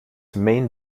main